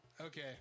Okay